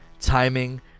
timing